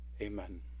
amen